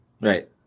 Right